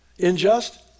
Injust